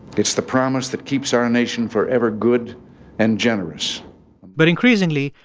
it's the promise that keeps our nation forever good and generous but increasingly,